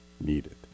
needed